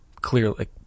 clearly